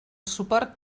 suport